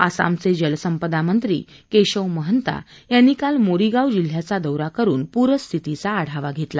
आसामचे जलसंपदा मंत्री केशव महंता यांनी काल मोरीगाव जिल्ह्याचा दौरा करून पुरस्थितीचा आढावा घेतला